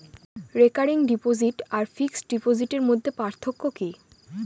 Recurring deposit আর fixed ডিপোজিটের মধ্যে পার্থক্য কি?